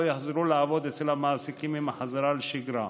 יחזרו לעבוד אצל המעסיקים עם החזרה לשגרה.